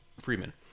Freeman